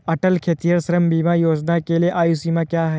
अटल खेतिहर श्रम बीमा योजना के लिए आयु सीमा क्या है?